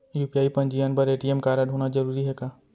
UPI पंजीयन बर ATM कारडहोना जरूरी हे का?